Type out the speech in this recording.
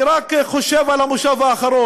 אני רק חושב על הכנס האחרון.